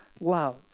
love